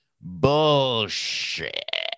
bullshit